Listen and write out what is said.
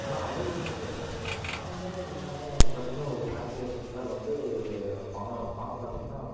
ஆனால் அவருக்கு மட்டும் சம்மந்தமே இல்லாமல் வந்து பார்த்திங்கனா ஒரு ட்ரான்ஸ்லேஷன்ல வந்து பணம் பணம் பார்த்திங்கனா